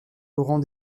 laurent